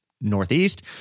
Northeast